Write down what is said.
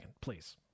Please